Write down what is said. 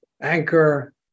anchor